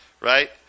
Right